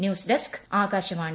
news desk Akashvani